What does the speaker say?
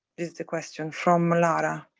is the question from lara.